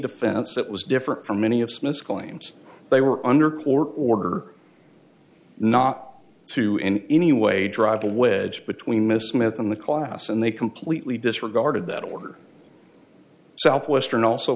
defense that was different from many of smith's claims they were under court order not to in any way drive a wedge between miss myth and the class and they completely disregarded that order southwestern also